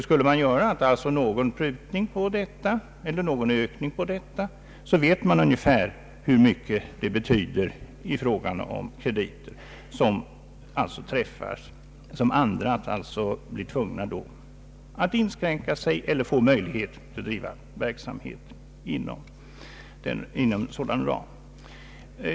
Skulle man göra någon prutning eller ökning på denna marginal, så vet man ungefär hur mycket det skulle betyda i fråga om krediter och alltså inom vilken ram andra då skulle få möjligheter att öka respektive tvingas inskränka sin verksamhet.